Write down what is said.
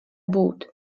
būt